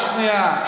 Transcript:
רק שנייה.